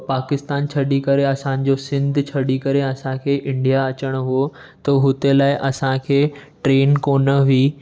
पाकिस्तान छॾी करे असांजो सिंध छॾी करे असांखे इंडिया अचणो हुओ त हुते लाइ असांखे ट्रेन कोन हुई